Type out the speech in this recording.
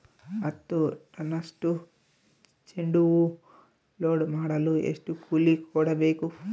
ಹತ್ತು ಟನ್ನಷ್ಟು ಚೆಂಡುಹೂ ಲೋಡ್ ಮಾಡಲು ಎಷ್ಟು ಕೂಲಿ ಕೊಡಬೇಕು?